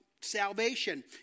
salvation